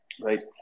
right